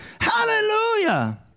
Hallelujah